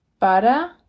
para